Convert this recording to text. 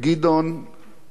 מי שלא יודע,